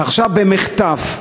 עכשיו, במחטף,